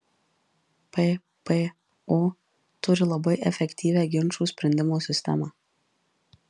ppo turi labai efektyvią ginčų sprendimo sistemą